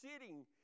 sitting